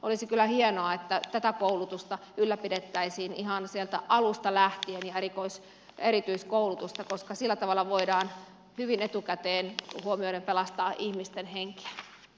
olisi kyllä hienoa että tätä koulutusta erityiskoulutusta ylläpidettäisiin ihan sieltä alusta lähtien koska sillä tavalla hyvin etukäteen huomioiden voidaan pelastaa ihmisten henkiä